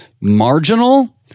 marginal